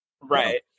Right